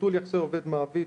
ביטול יחסי עובד מעביד,